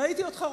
ראיתי אותך,